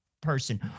person